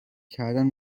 کردن